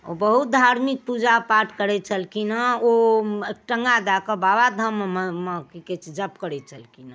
ओ बहुत धार्मिक पूजा पाठ करै छलखिन हँ ओ एकटङ्गा दए कऽ बाबाधाममे कि कहै छै जाप करै छलखिन हँ